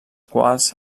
quals